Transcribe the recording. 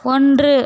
ஒன்று